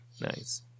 Nice